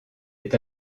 est